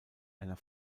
einer